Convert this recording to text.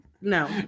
No